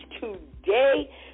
today